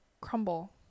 crumble